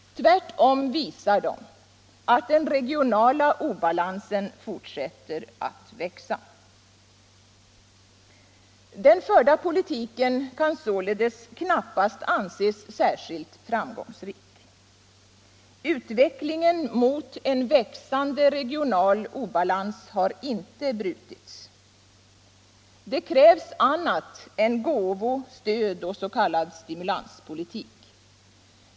Tvärtom visar de att den regionala obalansen fortsätter att växa. Den förda politiken kan således knappast anses särskilt framgångsrik. Utvecklingen mot en växande regional obalans har inte brutits. Det krävs annat än gåvo-, stöd och s.k. stimulanspolitik.